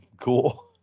cool